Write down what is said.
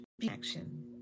connection